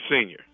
Senior